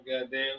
goddamn